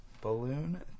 Balloon